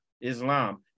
Islam